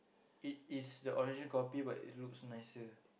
it is the original copy but it looks nicer